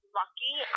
lucky